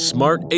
Smart